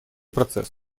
процесс